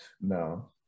No